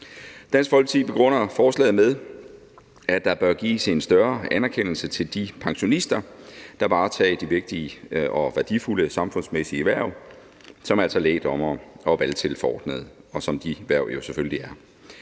Dansk Folkeparti begrunder forslaget med, at der bør gives en større anerkendelse til de pensionister, der varetager de vigtige og værdifulde samfundsmæssige hverv som lægdommer og valgtilforordnet, som de hverv selvfølgelig